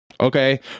okay